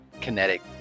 kinetic